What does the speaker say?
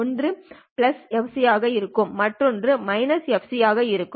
ஒன்று fc ஆக இருக்கும் மற்றொன்று fc ஆக இருக்கும்